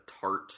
tart